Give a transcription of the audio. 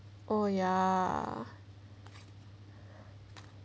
oh ya